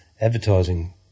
advertising